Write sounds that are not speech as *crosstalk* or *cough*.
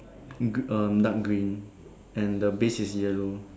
*noise* good um dark green and the base is yellow